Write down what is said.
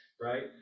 right